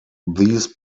these